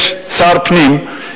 יש שר פנים,